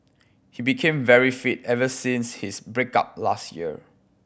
he became very fit ever since his break up last year